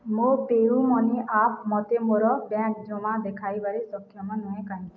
ମୋ PayUMoney app ମୋତେ ମୋର ବ୍ୟାଙ୍କ୍ ଜମା ଦେଖାଇବାରେ ସକ୍ଷମ ନୁହେଁ କାହିଁକି